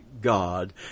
God